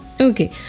Okay